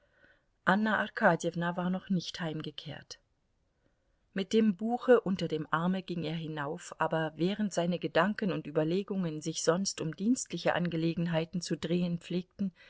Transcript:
anna arkadjewna war noch nicht heimgekehrt mit dem buche unter dem arme ging er hinauf aber während seine gedanken und überlegungen sich sonst um dienstliche angelegenheiten zu drehen pflegten